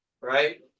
right